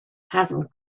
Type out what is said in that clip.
having